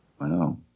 Wow